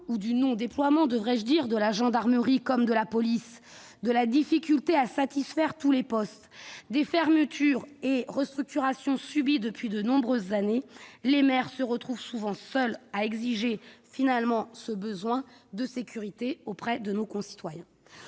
du non-déploiement, devrais-je dire -de la gendarmerie comme de la police, de la difficulté à satisfaire tous les postes, des fermetures et restructurations subies depuis de nombreuses années, les maires se retrouvent souvent seuls à répondre à ce besoin de sécurité exigé par nos concitoyens.